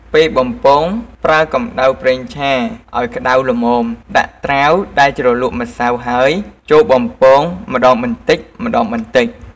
ពេលបំពងប្រើ កំដៅប្រេងឆាឱ្យក្តៅល្មម ដាក់ត្រាវដែលជ្រលក់ម្សៅហើយចូលបំពងម្តងបន្តិចៗ។